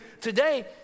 today